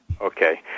Okay